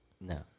No